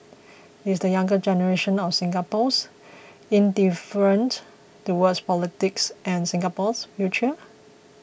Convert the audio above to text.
is the younger generation of Singaporeans indifferent towards politics and Singapore's future